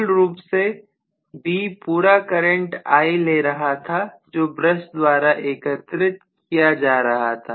मूल रूप से B पूरा करंट I ले रहा था जो ब्रश द्वारा एकत्रित किया जा रहा था